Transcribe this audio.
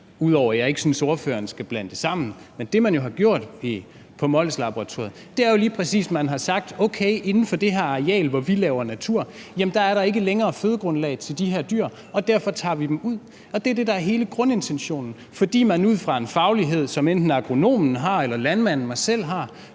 Men jeg synes ikke, ordføreren skal blande det sammen. For det, man f.eks. har gjort på Molslaboratoriet, er jo lige præcis, at man har sagt: Okay, inden for det her areal, hvor vi laver natur, er der ikke længere fødegrundlag til de her dyr, og derfor tager vi dem ud. Det er det, der er hele grundintentionen, fordi man ud fra en faglighed, som enten agronomen eller landmanden har,